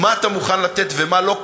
מה אתה מוכן לתת ומה לא,